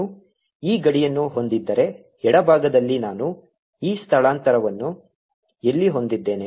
ನಾನು ಈ ಗಡಿಯನ್ನು ಹೊಂದಿದ್ದರೆ ಎಡಭಾಗದಲ್ಲಿ ನಾನು ಈ ಸ್ಥಳಾಂತರವನ್ನು ಎಲ್ಲಿ ಹೊಂದಿದ್ದೇನೆ